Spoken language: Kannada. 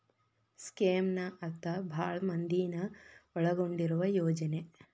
ಸ್ಕೇಮ್ನ ಅರ್ಥ ಭಾಳ್ ಮಂದಿನ ಒಳಗೊಂಡಿರುವ ಯೋಜನೆ